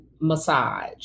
massage